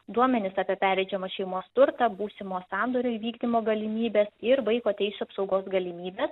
duomenis apie perleidžiamą šeimos turtą būsimo sandorio įvykdymo galimybes ir vaiko teisių apsaugos galimybes